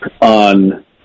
on